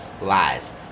lies